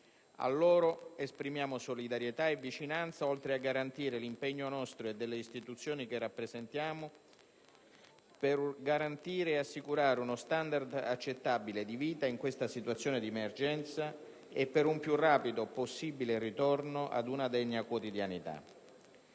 A loro esprimiamo solidarietà e vicinanza, oltre a garantire l'impegno nostro e delle istituzioni che rappresentiamo per garantire e assicurare uno standard accettabile di vita in questa situazione di emergenza e per un più rapido possibile ritorno ad una degna quotidianità.